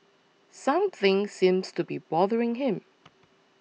something seems to be bothering him